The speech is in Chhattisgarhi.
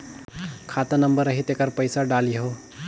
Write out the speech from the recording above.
खाता नंबर आही तेकर पइसा डलहीओ?